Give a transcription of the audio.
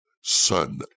son